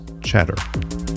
Chatter